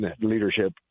leadership